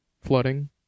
flooding